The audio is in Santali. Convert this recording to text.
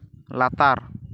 ᱞᱟᱛᱟᱨ